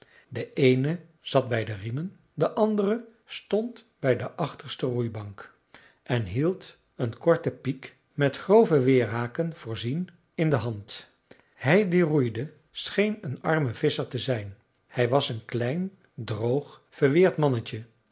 de eene zat bij de riemen de andere stond bij de achterste roeibank en hield een korte piek met grove weerhaken voorzien in de hand hij die roeide scheen een arme visscher te zijn hij was een klein droog verweerd mannetje